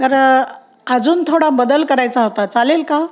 तर अजून थोडा बदल करायचा होता चालेल का